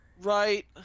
right